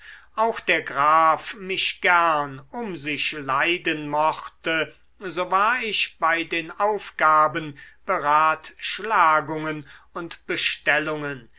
auch der graf mich gern um sich leiden mochte so war ich bei den aufgaben beratschlagungen und bestellungen